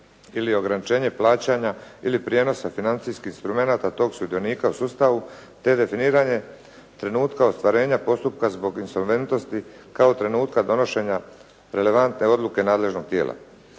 ili ograničenje plaćanja ili prijenosa financijskih instrumenata tog sudionika u sustavu te definiranje trenutka ostvarenja postupka zbog insolventnosti kao trenutka donošenja relevantne odluke nadležnog tijela.